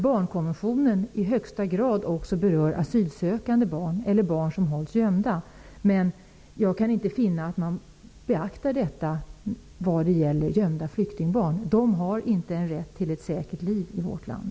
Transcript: Barnkonventionen berör i högsta grad också asylsökande barn eller barn som hålls gömda. Jag kan inte finna att man beaktar detta vad det gäller gömda flyktingbarn. De har inte rätt till ett säkert liv i vårt land.